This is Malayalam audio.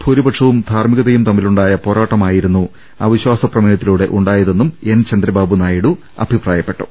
ഭൂരിപ ക്ഷവും ധാർമ്മികതയും തമ്മിലുണ്ടായ പോരാട്ടമായി രുന്നു അവിശ്വാസപ്രമേയത്തിലൂടെ ഉണ്ടായതെന്നും ചന്ദ്രബാബു നായിഡു അഭിപ്രായപ്പെട്ടു